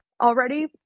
already